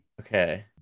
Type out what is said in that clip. Okay